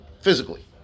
physically